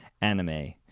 anime